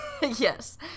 Yes